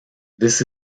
this